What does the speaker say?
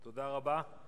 תודה רבה.